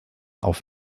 auf